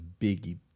biggie